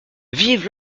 vive